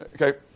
Okay